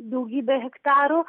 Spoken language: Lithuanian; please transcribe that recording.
daugybė hektarų